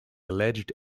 alleged